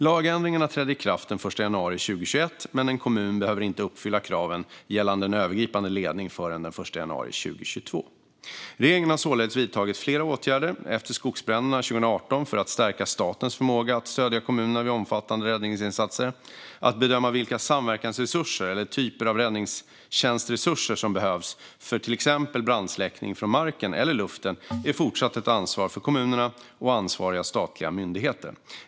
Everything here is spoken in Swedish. Lagändringarna trädde i kraft den 1 januari 2021, men en kommun behöver inte uppfylla kraven gällande en övergripande ledning förrän den 1 januari 2022. Regeringen har således vidtagit flera åtgärder efter skogsbränderna 2018 för att stärka statens förmåga att stödja kommuner vid omfattande räddningsinsatser. Att bedöma vilka samverkansresurser eller typer av räddningstjänstresurser som behövs för till exempel brandsläckning från marken eller luften är fortsatt ett ansvar för kommunerna och ansvariga statliga myndigheter.